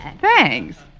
Thanks